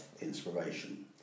inspiration